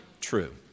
true